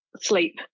sleep